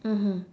mmhmm